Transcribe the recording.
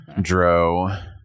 dro